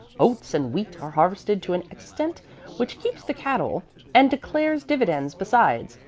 oats and wheat are harvested to an extent which keeps the cattle and declares dividends besides.